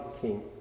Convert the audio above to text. king